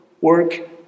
work